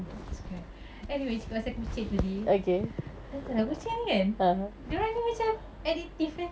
that's correct anyway cakap pasal kucing tadi dah entah lah kucing ni kan diorang ni macam addictive eh